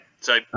so-